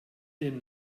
dem